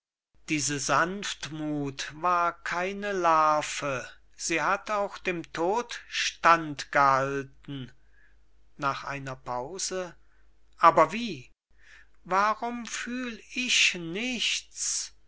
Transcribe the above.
hin diese sanftmuth war keine larve sie hat auch dem tod stand gehalten nach einer pause aber wie warum fühl ich nichts